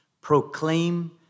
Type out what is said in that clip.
proclaim